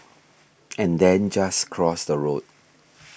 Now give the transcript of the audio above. and then just cross the road